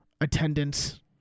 attendance